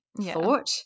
thought